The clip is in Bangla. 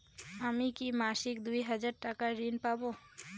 আমি কি মাসিক দুই হাজার টাকার ঋণ পাব?